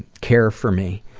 care for me.